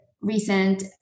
recent